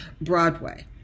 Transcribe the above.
Broadway